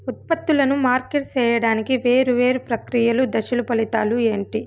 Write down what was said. ఉత్పత్తులను మార్కెట్ సేయడానికి వేరువేరు ప్రక్రియలు దశలు ఫలితాలు ఏంటి?